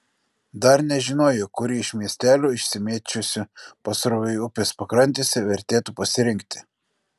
dar nežinojo kurį iš miestelių išsimėčiusių pasroviui upės pakrantėse vertėtų pasirinkti